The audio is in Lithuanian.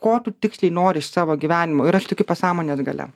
ko tu tiksliai nori iš savo gyvenimo ir aš tikiu pasąmonės galia